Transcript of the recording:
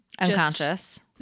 unconscious